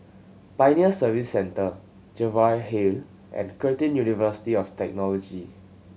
Pioneer Service Centre Jervois Hill and Curtin University of Technology